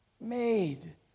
made